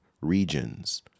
regions